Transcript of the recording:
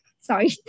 Sorry